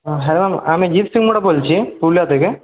hello আমি জিৎ সিংহ রায় বলছি পুরুলিয়া থেকে